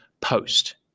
post